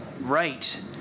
right